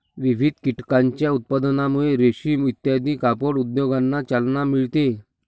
विविध कीटकांच्या उत्पादनामुळे रेशीम इत्यादी कापड उद्योगांना चालना मिळते